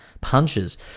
punches